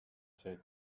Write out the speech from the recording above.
said